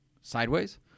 sideways